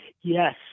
Yes